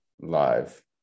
live